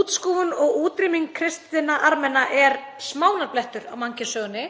Útskúfun og útrýming kristinna Armena er smánarblettur á mannkynssögunni